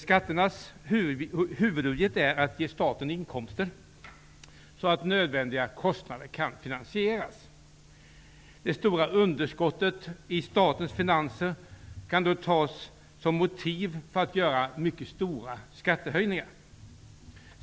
Skatternas huvuduppgift är att ge staten inkomster så att nödvändiga kostnader kan finansieras. Det stora underskottet i statens finanser kan då tas som motiv för att göra mycket stora skattehöjningar.